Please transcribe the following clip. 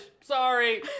Sorry